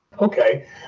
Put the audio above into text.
Okay